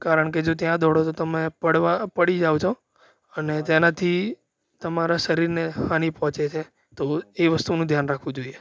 કારણ કે જો ત્યાં દોડો તો તમે પડવા પડી જાઓ છો અને તેનાથી તમારા શરીરને હાની પહોંચે છે તો એ વસ્તુનું ધ્યાન રાખવું જોઈએ